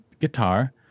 guitar